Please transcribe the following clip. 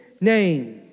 name